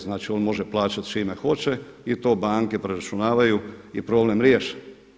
Znači, on može plaćati čime hoće i to banke preračunavaju i problem riješen.